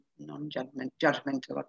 non-judgmental